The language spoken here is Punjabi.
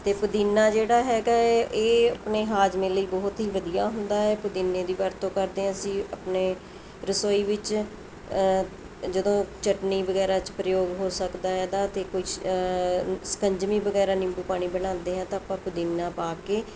ਅਤੇ ਪੁਦੀਨਾ ਜਿਹੜਾ ਹੈਗਾ ਇਹ ਆਪਣੇ ਹਾਜ਼ਮੇ ਲਈ ਬਹੁਤ ਹੀ ਵਧੀਆ ਹੁੰਦਾ ਹੈ ਪੁਦੀਨੇ ਦੀ ਵਰਤੋਂ ਕਰਦੇ ਹਾਂ ਅਸੀਂ ਆਪਣੇ ਰਸੋਈ ਵਿੱਚ ਜਦੋਂ ਚਟਨੀ ਵਗੈਰਾ 'ਚ ਪ੍ਰਯੋਗ ਹੋ ਸਕਦਾ ਹੈ ਇਹਦਾ ਅਤੇ ਕੁਝ ਸ਼ਿਕੰਜਵੀ ਵਗੈਰਾ ਨਿੰਬੂ ਪਾਣੀ ਬਣਾਉਂਦੇ ਹਾਂ ਤਾਂ ਆਪਾਂ ਪੁਦੀਨਾ ਪਾ ਕੇ